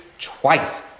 twice